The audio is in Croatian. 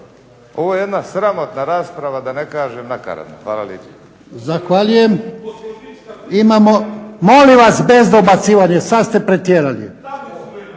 Ovo je jedna sramotna rasprava, da ne kažem nakaradna. Hvala